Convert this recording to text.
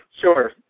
Sure